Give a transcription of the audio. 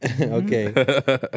Okay